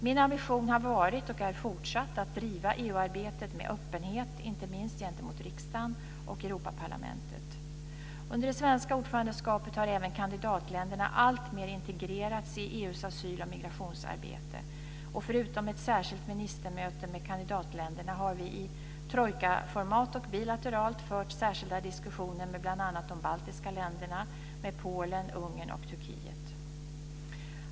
Min ambition har varit och är fortsatt att driva EU-arbetet med öppenhet inte minst gentemot riksdagen och Under det svenska ordförandeskapet har även kandidatländerna alltmer integrerats i EU:s asyl och migrationsarbete. Förutom ett särskilt ministermöte med kandidatländerna har vi i trojkaformat och bilateralt fört särskilda diskussioner med bl.a. de baltiska länderna, Polen, Ungern och Turkiet.